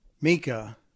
Mika